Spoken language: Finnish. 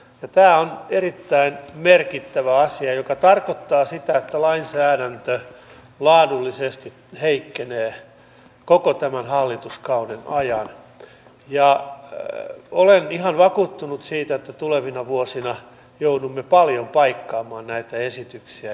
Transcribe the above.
tämä on erittäin merkittävä asia joka tarkoittaa sitä että lainsäädäntö laadullisesti heikkenee koko tämän hallituskauden ajan ja olen ihan vakuuttunut siitä että tulevina vuosina joudumme paljon paikkaamaan näitä esityksiä